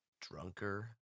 Drunker